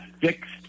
fixed